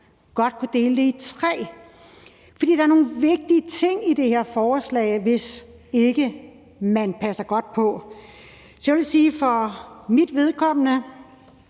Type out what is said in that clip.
godt kunne dele det i tre. For der er nogle vigtige ting i det her forslag, hvis ikke man passer godt på. Så jeg vil sige, at det for mit vedkommende